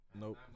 Nope